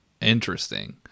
interesting